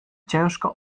ciężko